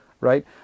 right